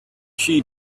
she